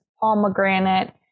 pomegranate